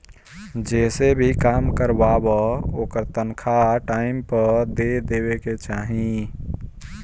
जेसे भी काम करवावअ ओकर तनखा टाइम पअ दे देवे के चाही